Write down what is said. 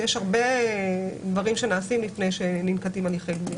יש הרבה דברים שנעשים לפני שננקטים הליכי גבייה.